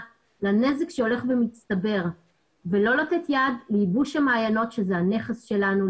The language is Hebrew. לנזק שהולך ומצטבר ולא לתת יד לייבוש המעיינות שזה הנכס שלנו,